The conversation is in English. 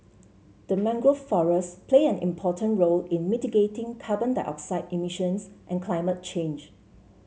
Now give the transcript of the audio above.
the mangrove forests play an important role in mitigating carbon dioxide emissions and climate change